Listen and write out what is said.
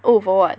oh for what